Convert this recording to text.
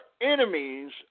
enemies